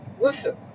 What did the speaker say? Listen